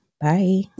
Bye